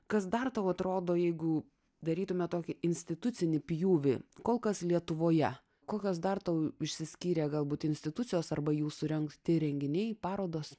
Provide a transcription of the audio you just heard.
kas dar tau atrodo jeigu darytume tokį institucinį pjūvį kol kas lietuvoje kokios dar tau išsiskyrė galbūt institucijos arba jų surengti renginiai parodos